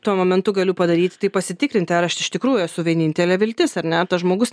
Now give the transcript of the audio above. tuo momentu galiu padaryti tai pasitikrinti ar aš iš tikrųjų esu vienintelė viltis ar ne tas žmogus